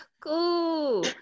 cool